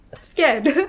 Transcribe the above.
scared